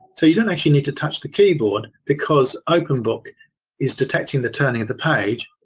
so you don't actually need to touch the keyboard because openbook is detecting the turning of the page.